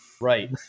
Right